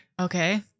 Okay